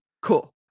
cool